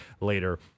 later